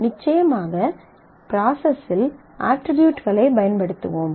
நிச்சயமாக ப்ராசஸ் இல் அட்ரிபியூட்களைப் பயன்படுத்துவோம்